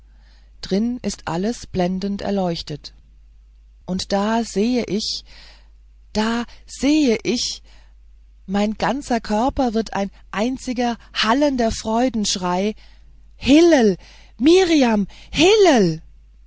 drin ist alles blendend erleuchtet und da sehe ich da sehe ich mein ganzer körper wird ein einziger hallender freudenschrei hillel mirjam hillel